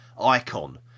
icon